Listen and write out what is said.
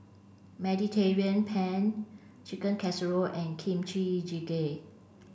Mediterranean Penne Chicken Casserole and Kimchi Jjigae